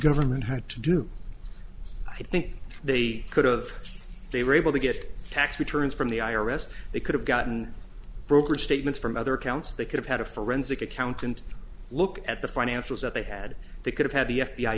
government had to do i think they could've they were able to get tax returns from the i r s they could have gotten brokerage statements from other accounts they could have had a forensic accountant look at the financials that they had they could have had the f